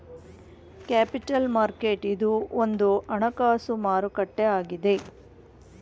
capital market ಇದು ಒಂದು ಹಣಕಾಸು ಮಾರುಕಟ್ಟೆ ಆಗಿದೆ